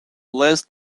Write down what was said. list